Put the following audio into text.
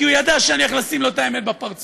כי הוא ידע שאני הולך לשים לו את האמת בפרצוף.